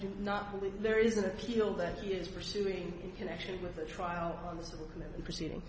do not believe there is an appeal that he is pursuing connection with the trial proceeding